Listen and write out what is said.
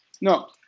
No